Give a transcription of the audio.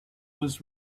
was